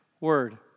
Word